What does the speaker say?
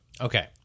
Okay